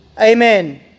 Amen